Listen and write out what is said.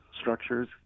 structures